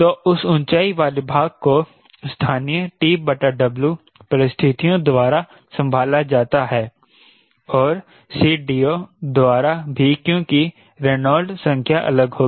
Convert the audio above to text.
तो उस ऊंचाई वाले भाग को स्थानीय TW परिस्थितियो द्वारा संभाला जाता है और CDO द्वारा भी क्योंकि रेनॉल्ड्स संख्या अलग होगी